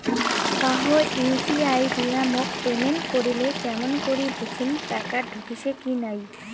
কাহো ইউ.পি.আই দিয়া মোক পেমেন্ট করিলে কেমন করি বুঝিম টাকা ঢুকিসে কি নাই?